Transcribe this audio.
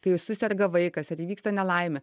kai suserga vaikas ar įvyksta nelaimė